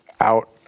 out